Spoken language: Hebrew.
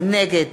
נגד